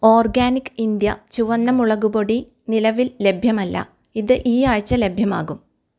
organic India ചുവന്ന മുളക് പൊടി നിലവിൽ ലഭ്യമല്ല ഇത് ഈ ആഴ്ച ലഭ്യമാകും